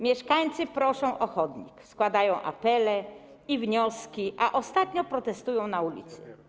Mieszkańcy proszą o chodnik, składają apele i wnioski, a ostatnio protestują na ulicy.